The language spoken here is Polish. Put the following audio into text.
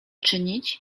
czynić